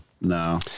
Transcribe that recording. No